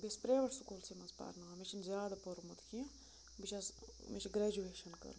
بہٕ چھَس پرٛیویٹ سکوٗلسٕے منٛز پَرناوان مےٚ چھنہٕ زیادٕ پوٚرمُت کینٛہہ بہٕ چھ مےٚ چھِ گریجویشَن کٔرمہٕ